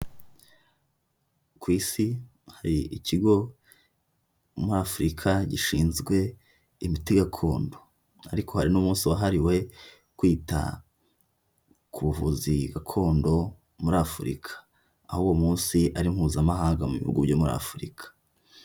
Ku isi hari ikigo muri Afurika gishinzwe imiti gakondo, ariko hari n'umunsi wahariwe kwita ku buvuzi gakondo muri Afurika, aho uwo munsi ari mpuzamahanga mu bihugu byo muri Afurika.